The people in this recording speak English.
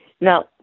Now